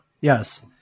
Yes